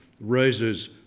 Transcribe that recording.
raises